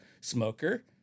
smoker